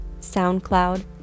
SoundCloud